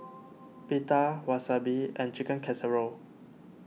Pita Wasabi and Chicken Casserole